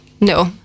No